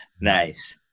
Nice